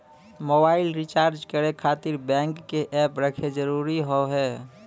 Mobile recharge करे खातिर bank के ऐप रखे जरूरी हाव है?